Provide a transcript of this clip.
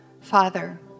Father